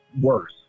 worse